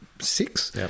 six